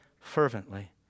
fervently